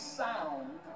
sound